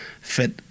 fit